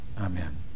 Amen